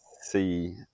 see